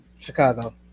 Chicago